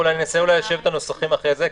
ננסה ליישב את הנוסחים אחרי זה.